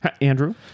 Andrew